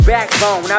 Backbone